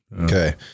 okay